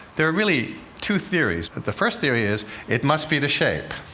there are really two theories. but the first theory is it must be the shape.